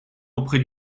auprès